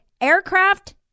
aircraft